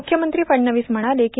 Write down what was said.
मुख्यमंत्री फडणवीस म्हणाले काँ